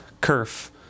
kerf